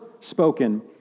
spoken